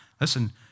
Listen